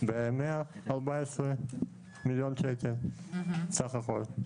ב-114 מיליון שקל סך הכול.